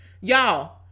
Y'all